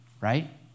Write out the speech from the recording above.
right